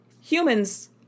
humans